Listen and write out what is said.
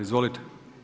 Izvolite.